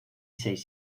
seis